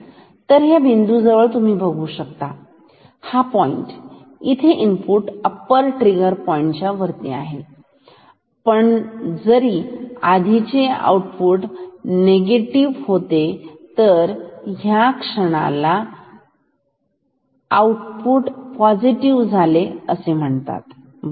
तर ह्या बिंदू जवळ तुम्ही बघू शकता हा पॉईंट इथे इनपुट अप्पर ट्रिगर पॉईंट च्या वरती आहे तर जरी आधीचे आउटपुट निगेटिव्ह होते तर ह्या क्षणाला आता आउटपुट पॉझिटिव्ह झाले आहे बरोबर